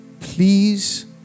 please